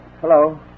hello